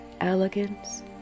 elegance